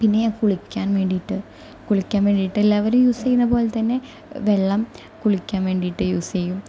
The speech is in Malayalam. പിന്നെ ഞാൻ കുളിക്കാൻ വേണ്ടിയിട്ട് കുളിക്കാൻവേണ്ടിയിട്ട് എല്ലാവരും യൂസ് ചെയുന്നതു പോലെ തന്നെ വെള്ളം കുളിക്കാൻവേണ്ടിയിട്ട് യൂസ് ചെയ്യും